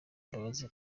imbabazi